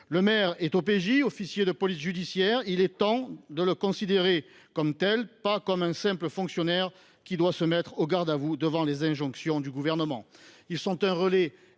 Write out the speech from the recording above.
Le maire est officier de police judiciaire (OPJ) ; il est temps de le considérer comme tel, et pas comme un simple fonctionnaire qui doit se mettre au garde à vous devant les injonctions du Gouvernement. Il est un relais